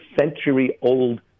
century-old